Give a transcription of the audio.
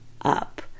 up